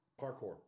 parkour